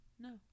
No